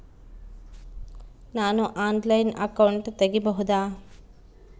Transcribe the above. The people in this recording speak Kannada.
ನಾನು ಆನ್ಲೈನಲ್ಲಿ ಅಕೌಂಟ್ ತೆಗಿಬಹುದಾ?